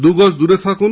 দুগজ দূরে থাকুন